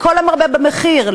לכל המרבה במחיר,